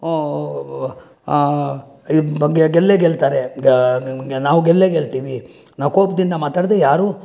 ಇದು ಬಗ್ಗೆ ಗೆಲ್ಲೇ ಗೆಲ್ತಾರೆ ದ ನಾವು ಗೆದ್ದೇ ಗೆಲ್ತೀವಿ ನಾವು ಕೋಪದಿಂದ ಮಾತಾಡಿದ್ರೆ